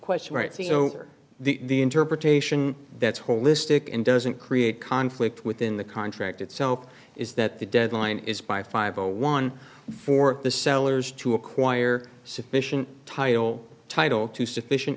question right so the interpretation that's holistic and doesn't create conflict within the contract itself is that the deadline is by five zero one for the sellers to acquire sufficient title title to sufficient